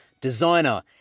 designer